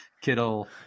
Kittle